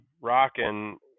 rocking